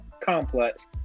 complex